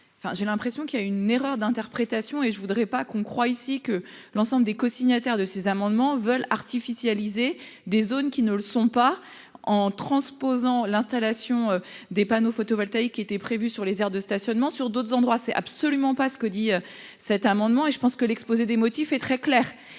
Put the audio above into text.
j'ai l'impression qu'il y a une erreur d'interprétation et je voudrais pas qu'on croit, ici, que l'ensemble des cosignataires de ces amendements veulent artificialiser des zones qui ne le sont pas, en transposant l'installation des panneaux photovoltaïques qui étaient prévus sur les aires de stationnement sur d'autres endroits, c'est absolument pas ce que dit cet amendement et je pense que l'exposé des motifs, est très clair,